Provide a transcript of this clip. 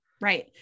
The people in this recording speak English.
Right